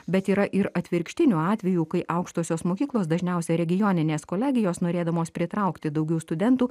bet yra ir atvirkštinių atvejų kai aukštosios mokyklos dažniausiai regioninės kolegijos norėdamos pritraukti daugiau studentų